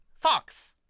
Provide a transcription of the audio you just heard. Fox